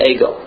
Ego